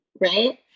Right